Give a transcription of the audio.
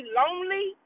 lonely